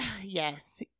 yes